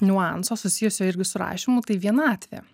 niuanso susijusio irgi su rašymu tai vienatvė